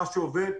מה שעובד,